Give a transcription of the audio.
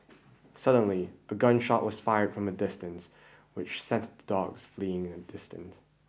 suddenly a gun shot was fired from a distance which sent the dogs fleeing in the distant